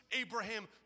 Abraham